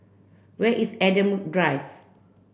where is Adam Drive